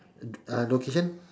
uh location